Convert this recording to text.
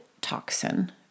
toxin